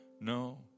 No